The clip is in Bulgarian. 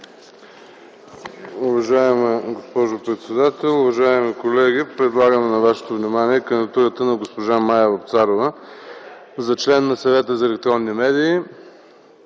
Уважаема госпожо председател, уважаеми колеги! Предлагам на вашето внимание кандидатурата на госпожа Мая Вапцарова за член на Съвета за електронни медии.